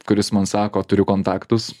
kuris man sako turiu kontaktus